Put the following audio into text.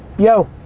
yo.